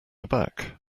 aback